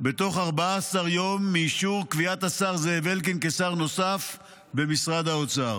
בתוך 14 יום מאישור קביעת השר זאב אלקין כשר נוסף במשרד האוצר.